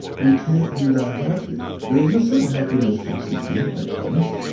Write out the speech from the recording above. we can't be that happy. there is a certain happiness from seeking that comes.